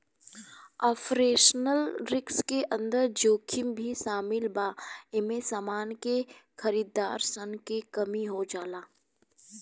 operational risk के अंदर जोखिम भी शामिल बा एमे समान के खरीदार सन के कमी हो जाला